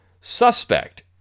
suspect